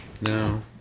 No